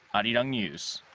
arirang news.